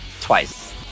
twice